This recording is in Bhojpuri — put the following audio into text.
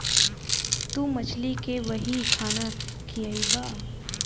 तू मछली के वही खाना खियइबा